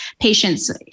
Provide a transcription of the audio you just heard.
patients